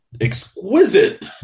exquisite